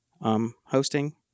hosting